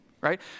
right